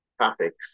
topics